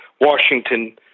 Washington